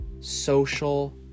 social